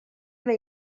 una